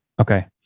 Okay